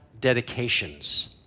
dedications